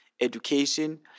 education